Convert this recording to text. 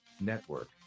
Network